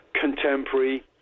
contemporary